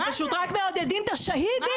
אתם פשוט רק מעודדים את השהידים,